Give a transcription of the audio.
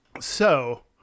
So-